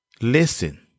Listen